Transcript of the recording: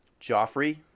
Joffrey